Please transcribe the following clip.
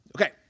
Okay